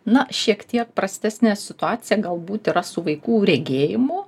na šiek tiek prastesnė situacija galbūt yra su vaikų regėjimu